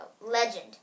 legend